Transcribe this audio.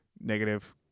negative